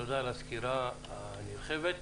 תודה על הסקירה הנרחבת.